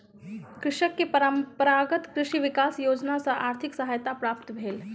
कृषक के परंपरागत कृषि विकास योजना सॅ आर्थिक सहायता प्राप्त भेल